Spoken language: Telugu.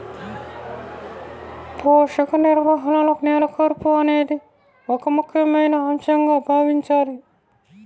పోషక నిర్వహణలో నేల కూర్పు అనేది ఒక ముఖ్యమైన అంశంగా భావించాలి